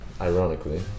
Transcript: ironically